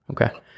Okay